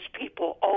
people